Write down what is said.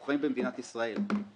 אנחנו חיים במדינת ישראל.